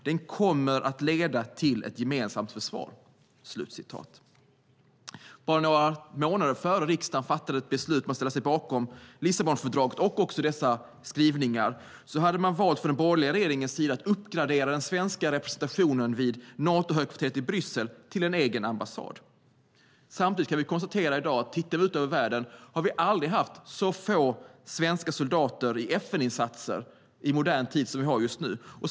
Den kommer att leda till ett gemensamt försvar. Bara några månader innan riksdagen fattade beslutet att ställa sig bakom Lissabonfördraget och dessa skrivningar hade den borgerliga regeringen valt att uppgradera den svenska representationen vid Natohögkvarteret i Bryssel till en egen ambassad. Om vi tittar ut över världen kan vi konstatera att vi i modern tid aldrig har haft så få svenska soldater i FN-insatser som just nu.